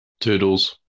Toodles